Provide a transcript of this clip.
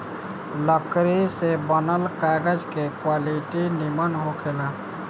लकड़ी से बनल कागज के क्वालिटी निमन होखेला